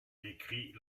décrit